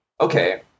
Okay